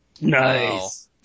Nice